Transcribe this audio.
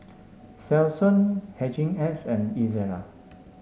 Selsun Hygin X and Ezerra